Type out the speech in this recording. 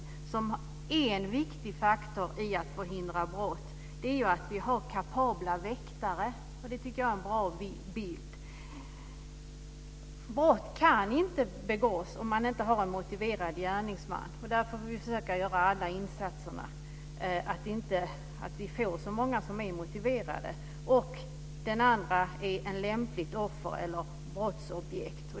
De anser att en viktig faktor för att förhindra brott är att vi har kapabla väktare. Det tycker jag är en bra bild. Brott kan inte begås om man inte har en motiverad gärningsman. Därför får vi försöka göra insatser så att vi inte får så många som är motiverade. Dessutom måste det finnas ett lämpligt offer eller brottsobjekt.